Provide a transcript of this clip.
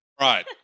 right